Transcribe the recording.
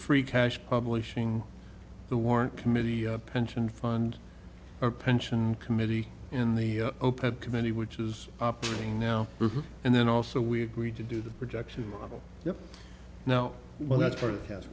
free cash publishing the warrant committee the pension fund or pension committee in the opec committee which is operating now and then also we agreed to do the production model now well that's part of